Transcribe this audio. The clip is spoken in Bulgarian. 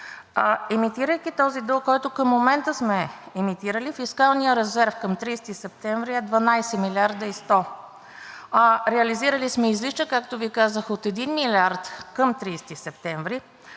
Емитирайки този дълг, който към момента сме емитирали, фискалният резерв към 30 септември е 12 млрд. и 100. Реализирали сме излишък, както Ви казах, от 1 милиард към 30 септември,